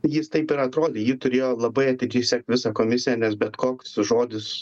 jis taip ir atrodė ji turėjo labai atidžiai sekt visą komisiją nes bet koks žodis